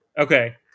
Okay